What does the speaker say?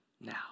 now